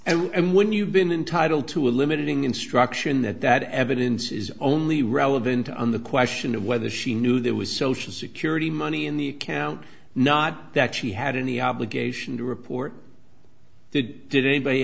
defense and when you've been entitled to a limiting instruction that that evidence is only relevant on the question of whether she knew there was social security money in the account not that she had any obligation to report did anybody